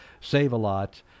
Save-A-Lot